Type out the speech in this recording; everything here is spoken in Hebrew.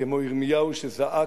כמו ירמיהו שזעק,